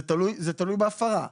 יכול להיות גם 20,000 שקלים.